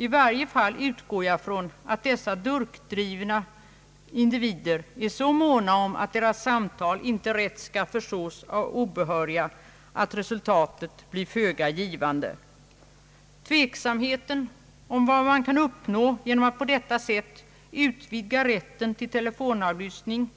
I varje fall utgår jag från att dessa durkdrivna individer är så måna om att deras samtal inte rätt skall förstås av obehöriga att resultatet blir föga givande. Tveksamheten om vad man kan uppnå genom att på detta sätt utvidga rätten till telefonavlyssning